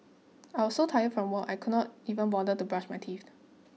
I was so tired from work I could not even bother to brush my teeth